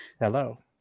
Hello